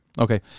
okay